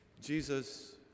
Jesus